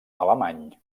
alemany